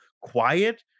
quiet